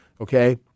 okay